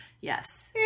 yes